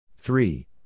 Three